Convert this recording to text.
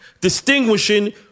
Distinguishing